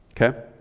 okay